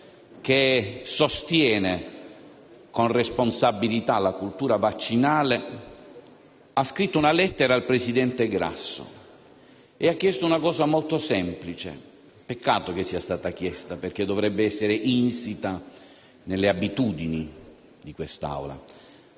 che sostiene con responsabilità la cultura vaccinale, ha scritto una lettera al Presidente Grasso e ha chiesto una cosa molto semplice (peccato che sia stata chiesta, perché dovrebbe essere insita nelle abitudini di questa